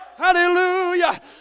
Hallelujah